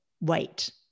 wait